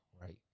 right